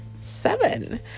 Seven